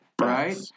Right